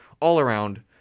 all-around